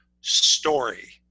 story